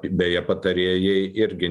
beje patarėjai irgi